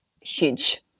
huge